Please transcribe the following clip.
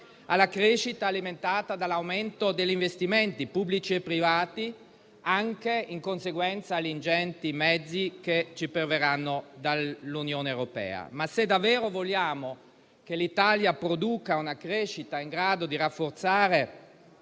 alla crescita alimentata dall'aumento degli investimenti, pubblici e privati, anche in conseguenza degli ingenti mezzi che ci perverranno dall'Unione europea. Se però davvero vogliamo che l'Italia produca una crescita in grado di rafforzare